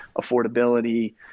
affordability